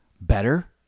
better